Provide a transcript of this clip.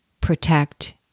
protect